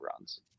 runs